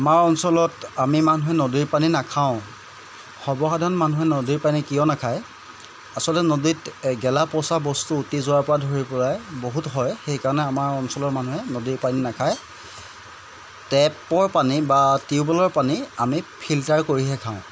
আমাৰ অঞ্চলত আমি মানুহে নদীৰ পানী নাখাওঁ সৰ্বসাধাৰণ মানুহে নদীৰ পানী কিয় নাখায় আচলতে নদীত গেলা পচা বস্তু উটি যোৱাৰপৰা ধৰি পেলাই বহুত হয় সেইকাৰণে আমাৰ অঞ্চলৰ মানুহে নদীৰ পানী নাখায় টেপৰ পানী বা টিউব ৱেলৰ পানী আমি ফিল্টাৰ কৰিহে খাওঁ